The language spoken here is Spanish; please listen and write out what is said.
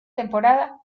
temporada